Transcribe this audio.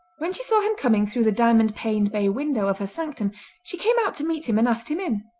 when she saw him coming through the diamond-paned bay window of her sanctum she came out to meet him and asked him in.